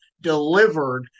delivered